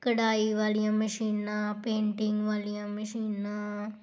ਕਢਾਈ ਵਾਲੀਆਂ ਮਸ਼ੀਨਾਂ ਪੇਂਟਿੰਗ ਵਾਲੀਆਂ ਮਸ਼ੀਨਾਂ